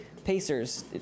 Pacers